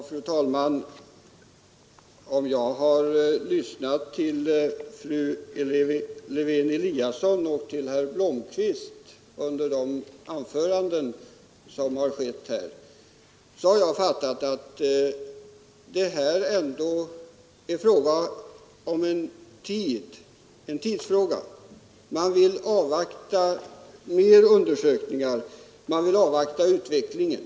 Fru talman! När jag har lyssnat på de anföranden som fru Lewén-Eliasson och herr Blomkvist hållit i dag har jag fattat det så, att det här ändå är en tidsfråga — man vill avvakta resultatet av flera undersökningar, och man vill avvakta utvecklingen.